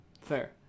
Fair